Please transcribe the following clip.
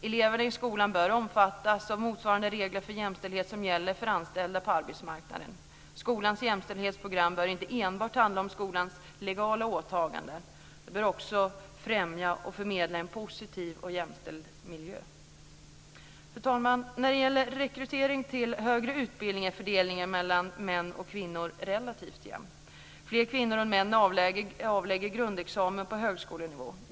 Eleverna i skolan bör omfattas av motsvarande regler för jämställd som gäller för anställda på arbetsmarknaden. Skolan jämställdhetsprogram bör inte enbart handla om skolans legala åtaganden. Det bör också främja och förmedla en positiv och jämställd miljö. Fru talman! När det gäller rekrytering till högre utbildning är fördelningen mellan män och kvinnor relativt jämn. Fler kvinnor än män avlägger grundexamen på högskolenivå.